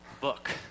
book